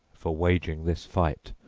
for waging this fight,